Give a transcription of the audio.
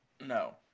No